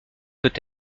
peut